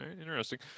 interesting